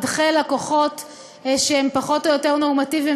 ידחה לקוחות שהם פחות או יותר נורמטיביים